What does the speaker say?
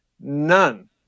None